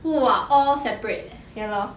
!wah! all separate leh